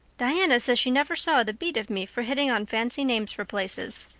diana says she never saw the beat of me for hitting on fancy names for places.